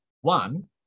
one